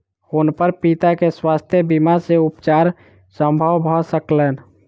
हुनकर पिता के स्वास्थ्य बीमा सॅ उपचार संभव भ सकलैन